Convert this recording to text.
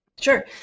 Sure